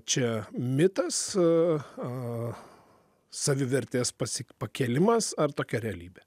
čia mitas a a savivertės pasik pakėlimas ar tokia realybė